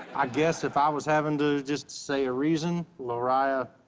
i guess if i was having to just say a reason, larriah,